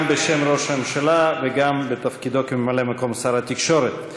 גם בשם ראש הממשלה וגם בתפקידו כממלא מקום שר התקשורת.